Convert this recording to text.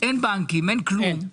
ואין כלום,